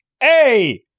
Hey